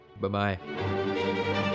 Bye-bye